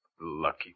Lucky